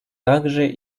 также